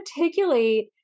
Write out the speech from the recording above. articulate